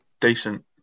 Decent